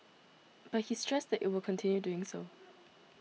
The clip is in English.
but he stressed that it will consider doing so